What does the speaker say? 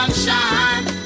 Sunshine